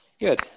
Good